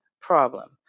problem